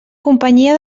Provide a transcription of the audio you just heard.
companyia